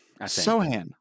Sohan